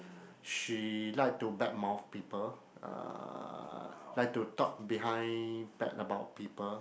she like to badmouth people uh like to talk behind back about people